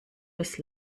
des